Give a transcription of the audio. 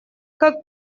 как